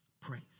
praise